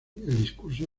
discurso